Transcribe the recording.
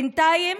בינתיים